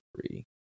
three